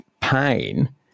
pain